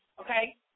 okay